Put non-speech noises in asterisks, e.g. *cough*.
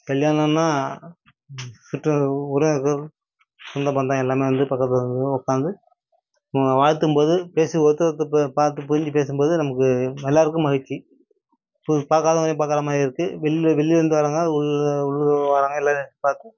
கல்யாணோம்னா சுற்றார் உறவினர்கள் சொந்த பந்தம் எல்லாம் வந்து பக்கத்து *unintelligible* உக்காந்து வாழ்த்தும்போது பேசி ஒருத்தர் ஒருத்தர் பார்த்து புரிஞ்சு பேசும்போது நமக்கு எல்லாருக்கும் மகிழ்ச்சி போய் பார்க்காதவங்கள பார்க்குற மாதிரி இருக்குது வெளில வெளிலேருந்து வரவங்க உள்ளூர்லேருந்து வரவுங்க எல்லோரையும் பார்த்து